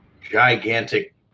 gigantic